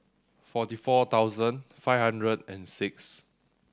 forty four thousand five hundred and six